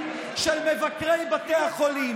במשך עשרות שנים אף אחד לא חיטט בתיקים של מבקרי בתי החולים,